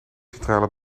centrale